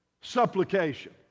Supplication